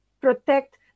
protect